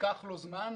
ייקח לו זמן.